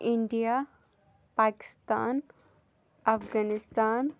India Pakistan Afghanistan